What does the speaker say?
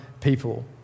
people